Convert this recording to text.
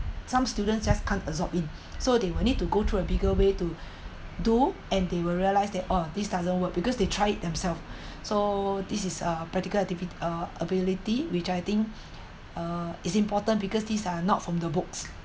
some students just can't absorb in so they will need to go through a bigger way to do and they will realize that all of this doesn't work because they tried themselves so this is a practical activity uh ability which I think uh is important because these are not from the books